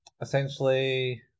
essentially